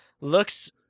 looks